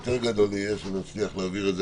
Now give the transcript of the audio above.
הסיפור היותר גדול יהיה אם נצליח להעביר את זה